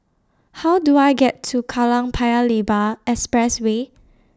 How Do I get to Kallang Paya Lebar Expressway